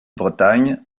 bretagne